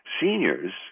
seniors